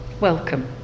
Welcome